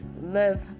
live